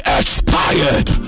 expired